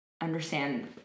understand